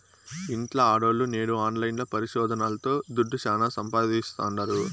ఇంట్ల ఆడోల్లు నేడు ఆన్లైన్ పరిశోదనల్తో దుడ్డు శానా సంపాయిస్తాండారు